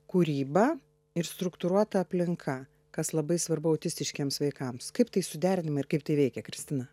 kūryba ir struktūruota aplinka kas labai svarbu autistiškiems vaikams kaip tai suderinama ir kaip tai veikia kristina